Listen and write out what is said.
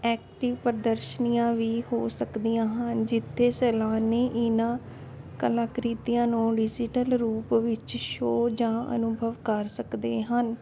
active ਪ੍ਰਦਰਸ਼ਨੀਆਂ ਵੀ ਹੋ ਸਕਦੀਆਂ ਹਨ ਜਿੱਥੇ ਸੈਲਾਨੀ ਇਹਨਾਂ ਕਲਾਕ੍ਰਿਤੀਆਂ ਨੂੰ ਡਿਜ਼ੀਟਲ ਰੂਪ ਵਿੱਚ ਸ਼ੋਅ ਜਾਂ ਅਨੁਭਵ ਕਰ ਸਕਦੇ ਹਨ